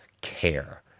care